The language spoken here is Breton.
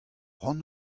cʼhoant